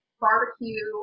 barbecue